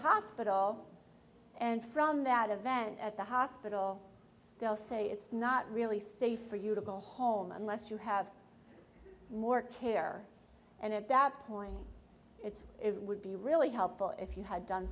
hospital and from that event at the hospital they'll say it's not really safe for you to go home unless you have more care and at that point it's it would be really helpful if you had done